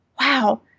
wow